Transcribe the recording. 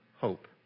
Hope